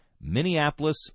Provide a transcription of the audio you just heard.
Minneapolis